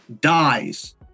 dies